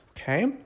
okay